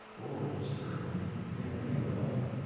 or disturb him in any other way.